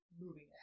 moving